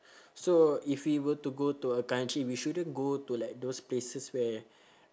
so if we were to go to a country we shouldn't go to like those places where